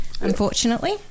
unfortunately